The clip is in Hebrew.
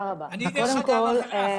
אני איש חשוך.